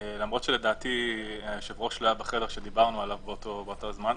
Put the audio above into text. למרות שלדעתי היושב-ראש לא היה בחדר כשדיברנו עליו באותו זמן.